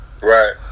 right